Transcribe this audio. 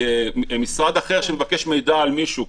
משרד אחר שמבקש מידע על מישהו,